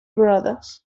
brothers